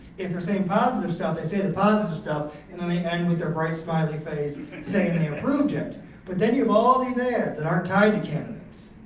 if we're saying positive stuff, they say the positive stuff and then they end with their bright smiley face saying they approved it but then you have all these ads that aren't tied to candidates.